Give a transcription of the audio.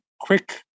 quick